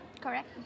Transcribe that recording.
Correct